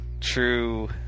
true